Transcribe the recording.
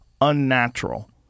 unnatural